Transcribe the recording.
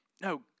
No